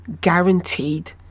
guaranteed